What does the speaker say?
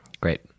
great